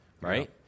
right